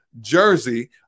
jersey